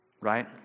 Right